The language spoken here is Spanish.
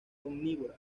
omnívora